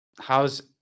how's